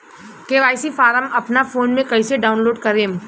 KYC form अपना phone मे कइसे डाऊनलोड करेम?